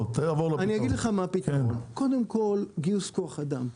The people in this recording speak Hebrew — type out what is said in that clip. אני אגיד לך מה הפתרון: קודם כול גיוס כוח אדם.